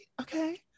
Okay